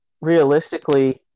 realistically